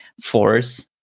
force